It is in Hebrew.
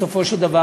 בסופו של דבר,